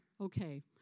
Okay